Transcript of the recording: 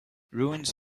ruins